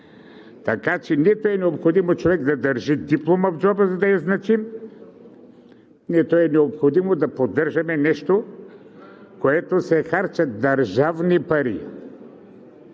София. Нито е необходимо човек да държи диплома в джоба, за да е значим, нито е необходимо да поддържаме нещо, за което се харчат държавни пари.